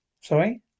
sorry